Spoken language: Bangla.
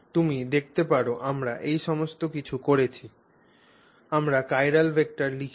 তুমি দেখতে পার আমরা এই সমস্ত কিছু করেছি আমরা চিরাল ভেক্টর লিখেছি